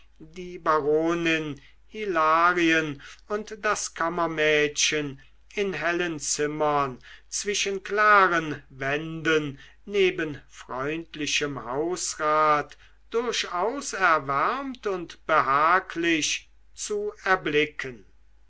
die baronin hilarien und das kammermädchen in hellen zimmern zwischen klaren wänden neben freundlichem hausrat durchaus erwärmt und behaglich zu erblicken